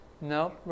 No